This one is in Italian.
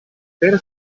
per